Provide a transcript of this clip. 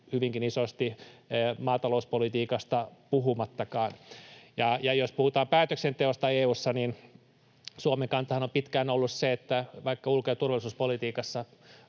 hyvinkin isosti, maatalouspolitiikasta puhumattakaan. Ja jos puhutaan päätöksenteosta EU:ssa, niin Suomen kantahan on pitkään ollut se, että vaikkapa ulko- ja turvallisuuspolitiikassa,